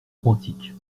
quantique